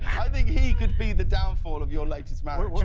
i think he could be the downfall of your latest marriage.